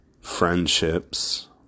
friendships